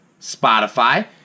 Spotify